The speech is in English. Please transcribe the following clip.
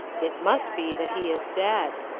it must be that he is dead.